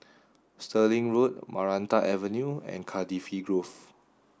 Stirling Road Maranta Avenue and Cardifi Grove